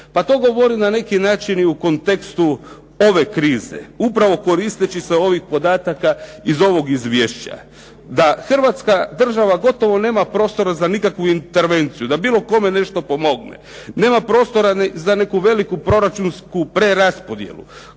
Pa to govorim na neki način i u kontekstu ove krize. Upravo koristeći se ovim podatcima iz ovog izvješća. Da Hrvatska država gotovo nema prostora za nikakvu intervenciju da bilo kome nešto pomogne. Nema prostora za neku veliku proračunsku preraspodjelu,